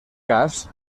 cas